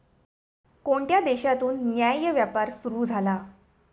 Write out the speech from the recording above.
कोणत्या देशातून न्याय्य व्यापार सुरू झाला?